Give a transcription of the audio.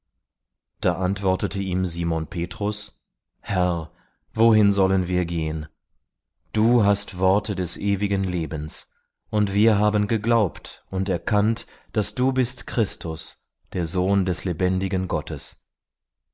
da antwortete ihm simon petrus herr wohin sollen wir gehen du hast worte des ewigen lebens und wir haben geglaubt und erkannt daß du bist christus der sohn des lebendigen gottes